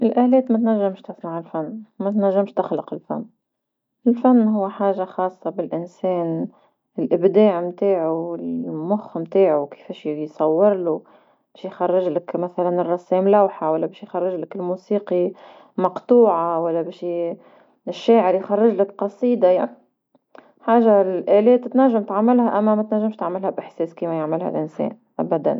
الألات ما تنجمش تصنع الفن، ما تنجمش تخلق الفن، الفن هو حاجة خاصة بالإنسان الإبداع متاعو ومخ نتاعو كيفاش يصور لو باش يخرجلك مثلا الرسام لوحة ولا باش يخرجلك الموسيقي مقطوعة ولا باش الشاعر يخرجلك قصيدة، حاجة الألات تنجم تعملها أما ما تنجمش تعملها بإحساس كيما يعملها الإنسان، أبدا.